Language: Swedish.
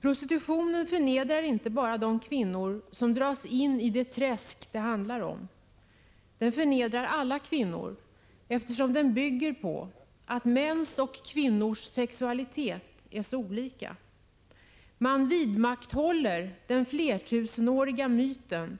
Prostitutionen förnedrar inte bara de kvinnor som dras ned i träsket, den förnedrar alla kvinnor eftersom den bygger på uppfattningen att mäns och kvinnors sexualitet är så olika. Man vidmakthåller den flertusenåriga myten